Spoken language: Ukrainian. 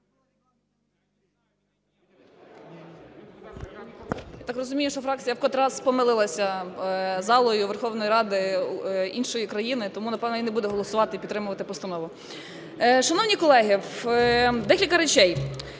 так розумію, що фракція в котрий раз помилилася залою Верховної Ради іншої країни, тому, непевне, і не буде голосувати і підтримувати постанову. Шановні колеги, декілька речей.